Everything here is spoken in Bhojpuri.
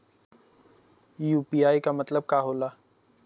यू.पी.आई के मतलब का होला?